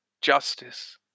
justice